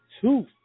two